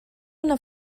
una